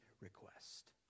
request